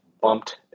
bumped